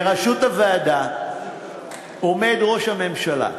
בראשות הוועדה עומד ראש הממשלה,